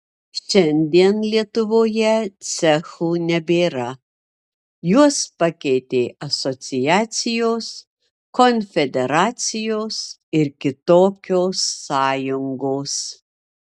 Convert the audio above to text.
šiandien lietuvoje cechų nebėra juos pakeitė asociacijos konfederacijos ir kitokios sąjungos